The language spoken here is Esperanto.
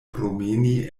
promeni